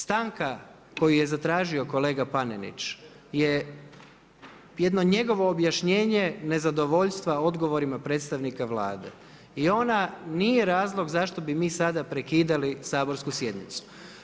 Stanka koju je zatražio kolega Panenić je jedno njegovo objašnjenje nezadovoljstva odgovorima predstavnika Vlade i ona nije razlog zašto bi mi sada prekidali saborsku sjednicu.